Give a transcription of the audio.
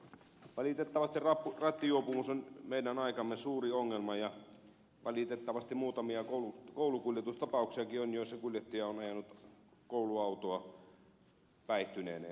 valitettavasti rattijuopumus on meidän aikamme suuri ongelma ja valitettavasti on muutamia koulukuljetustapauksiakin joissa kuljettaja on ajanut kouluautoa päihtyneenä